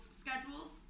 schedules